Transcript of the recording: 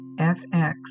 FX